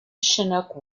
chinook